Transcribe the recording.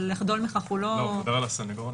גם להן יש ערך בתהליך.